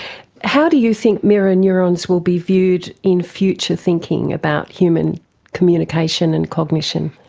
how do you think mirror neurons will be viewed in future thinking about human communication and cognition?